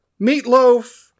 meatloaf